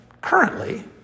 currently